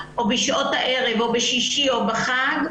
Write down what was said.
בשעות הערב או בשישי וחג,